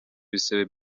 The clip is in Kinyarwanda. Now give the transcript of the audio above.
ibisebe